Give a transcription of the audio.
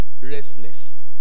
restless